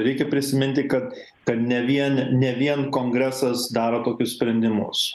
reikia prisiminti kad kad ne vien ne vien kongresas daro tokius sprendimus